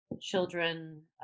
Children